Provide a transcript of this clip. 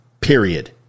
period